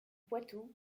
poitou